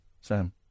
Sam